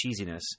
cheesiness